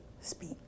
speak